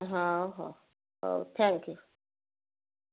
ହଉ ହଉ ହଉ ଥ୍ୟାଙ୍କ୍ ୟୁ